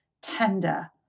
tender